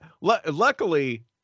Luckily